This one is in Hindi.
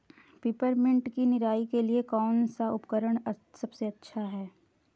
पिपरमिंट की निराई के लिए कौन सा उपकरण सबसे अच्छा है?